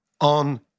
on